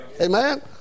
Amen